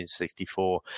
1964